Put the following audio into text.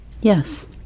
yes